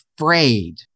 afraid